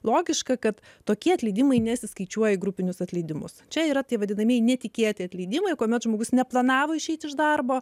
logiška kad tokie atleidimai nesiskaičiuoja į grupinius atleidimus čia yra tai vadinamieji netikėti atleidimai kuomet žmogus neplanavo išeiti iš darbo